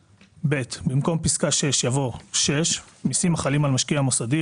(ב) במקום פסקה (6) יבוא: "(6) מיסים החלים על משקיע מוסדי,